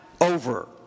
over